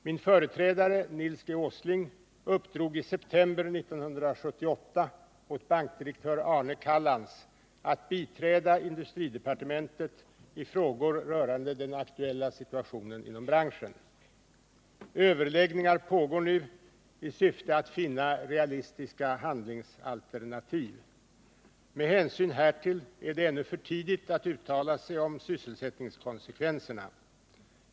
Min företrädare, Nils G. Åsling, uppdrog i september 1978 åt bankdirektör Arne Callans att biträda industridepartementet i frågor rörande den aktuella situationen inom branschen. Överläggningar pågår nu i syfte att finna realistiska handlingsalternativ. Med hänsyn härtill är det ännu för tidigt att uttala sig om sysselsättningskonsekvenserna.